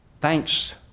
Thanks